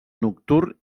nocturn